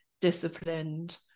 disciplined